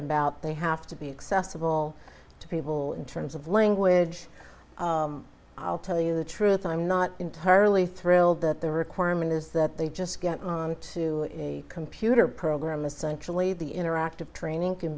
about they have to be accessible to people in terms of language i'll tell you the truth i'm not entirely thrilled that the requirement is that they just get to a computer program essentially the interactive training can